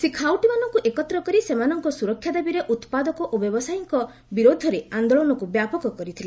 ସେ ଖାଉଟିମାନଙ୍କୁ ଏକତ୍ର କରି ସେମାନଙ୍କ ସ୍ବରକ୍ଷା ଦାବିରେ ଉପାଦକ ଓ ବ୍ୟବସାୟୀଙ୍କ ବିରୋଧରେ ଆନ୍ଦୋଳନକୁ ବ୍ୟାପକ କରିଥିଲେ